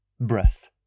breath